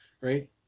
right